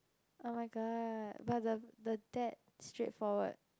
oh-my-god but the the dad straightforward